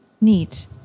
Neat